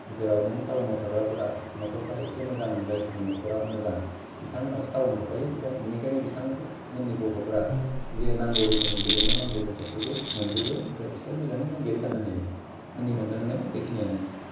जेराव नों टाउनाव थाग्राफोरा नखरफोरा इसे मोजां जायफोरनि न'खरा मोजां बिथांमोनहासो टाउनाव थाखायो बिनिखायनो बिथांमोननि गथ'फोरा जे नांगौ रोखोमनि गेलेनायाव नांगौै बेसादफोरखौ मोनजोबो ओमफ्राय बिसोरो मोजाङैनो गेलेलांनो हायो आंनि मोनदांनायाव बेखिनियानो